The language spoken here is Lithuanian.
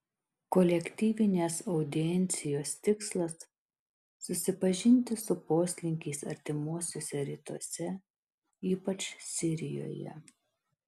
kolektyvinės audiencijos tikslas susipažinti su poslinkiais artimuosiuose rytuose ypač sirijoje